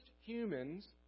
humans